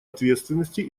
ответственности